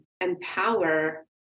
empower